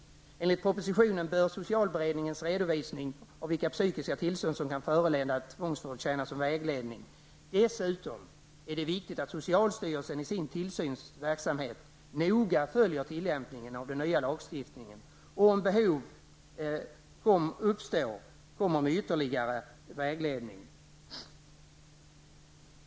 Enligt propositionen bör socialberedningens redovisning av sådana pyskiska tillstånd som kan föranleda tvångsvård tjäna som vägledning. Dessutom är det viktigt att socialstyrelsen noga följer tillämpningen av den nya lagstiftningen i sin tillsynsverksamhet, och att socialstyrelsen kommer med ytterligare vägledning om behov uppstår.